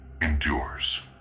endures